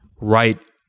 right